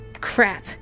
crap